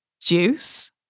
Juice